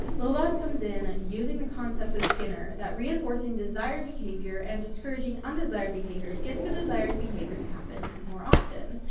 lovaas comes in, using the concepts of skinner, that reinforcing desired behavior and discouraging undesired behavior it gets the desired behavior to happen more often.